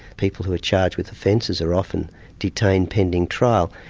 people who are charged with offences are often detained pending trial.